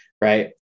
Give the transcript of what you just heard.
right